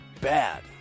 bad